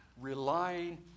relying